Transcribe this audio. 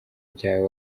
byawe